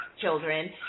children